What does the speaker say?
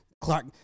Clark